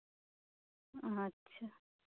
ᱟᱪᱪᱷᱟ